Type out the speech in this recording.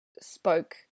spoke